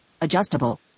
Adjustable